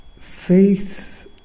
faith